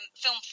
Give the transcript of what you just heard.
Film